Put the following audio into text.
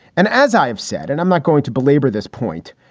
and as i said, and i'm not going to belabor this point,